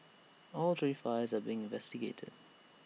all three fires are being investigated